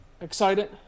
excited